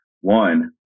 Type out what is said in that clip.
one